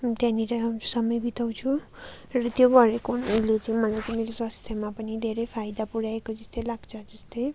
त्यहाँनेर समय बिताउँछु र त्यो गरेको हुनाले चाहिँ मलाई चाहिँ मेरो स्वास्थ्यमा पनि धेरै फाइदा पुर्याएको जस्तै लाग्छ जस्तै